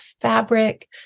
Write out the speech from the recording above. fabric